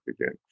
again